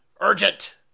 Urgent